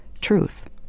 truth